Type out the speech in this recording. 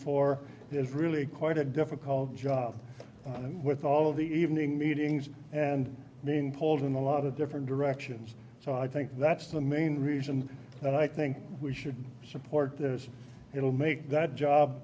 for is really quite a difficult job with all of the evening meetings and then pulled in a lot of different directions so i think that's the main reason and i think we should support this it will make that job